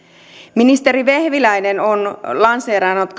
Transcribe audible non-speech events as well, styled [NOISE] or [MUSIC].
ministeri vehviläinen on lanseerannut [UNINTELLIGIBLE]